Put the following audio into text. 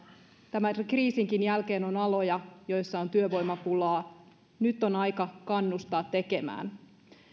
tämän kriisin jälkeenkin on aloja joilla on työvoimapulaa nyt on aika kannustaa tekemään